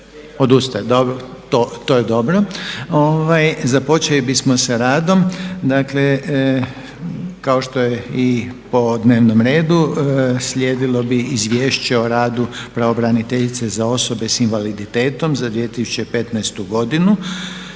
Odustaje. Dobro, to je dobro. Započeli bismo sa radom. Dakle kao što je i po dnevnom redu slijedilo bi: - Izvješće o radu pravobraniteljice za osobe s invaliditetom za 2015. godinu